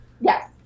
Yes